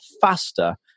faster